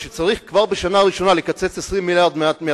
כשצריך כבר בשנה הראשונה לקצץ 20 מיליארד מהתקציב,